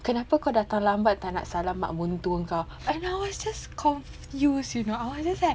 kenapa kau datang lambat tak nak salam mak mentua kau and I was just confused you know I was just like